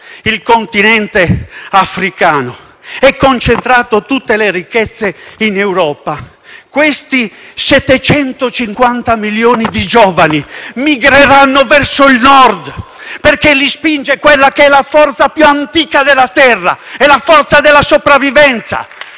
il continente africano e concentrato tutte le ricchezze in Europa, questi 750 milioni di giovani migreranno verso il Nord, perché li spinge quella che è la forza più antica della terra: la forza della sopravvivenza!